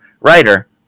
writer